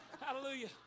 Hallelujah